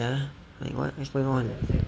ya like what what's going on